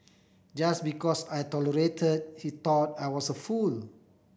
just because I tolerate he thought I was a fool